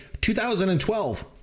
2012